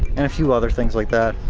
and a few other things like that.